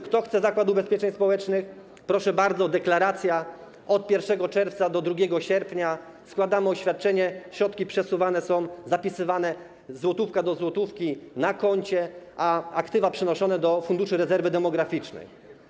Kto chce Zakład Ubezpieczeń Społecznych, proszę bardzo, deklaracja od 1 czerwca do 2 sierpnia, składamy oświadczenie, środki są przesuwane, zapisywane złotówka do złotówki na koncie, a aktywa przenoszone są do Funduszu Rezerwy Demograficznej.